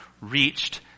reached